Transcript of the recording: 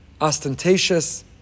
ostentatious